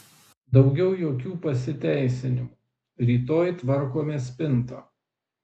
daugiau jokių pasiteisinimų rytoj tvarkome spintą